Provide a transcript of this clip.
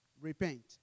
Repent